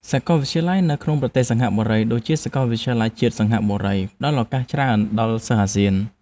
សាកលវិទ្យាល័យនៅក្នុងប្រទេសសិង្ហបុរីដូចជាសាកលវិទ្យាល័យជាតិសិង្ហបុរីផ្តល់ឱកាសច្រើនដល់សិស្សអាស៊ាន។